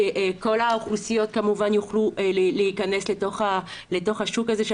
שכל האוכלוסיות כמובן יוכלו להכנס לתוך השוק הזה של